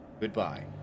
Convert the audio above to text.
Goodbye